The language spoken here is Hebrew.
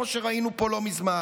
כמו שראינו פה לא מזמן,